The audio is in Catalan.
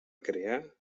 crear